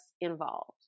involved